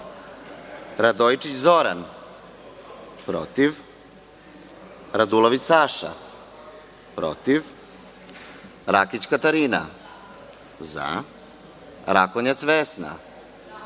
zaRadojičić Zoran – protivRadulović Saša – protivRakić Katarina – zaRakonjac Vesna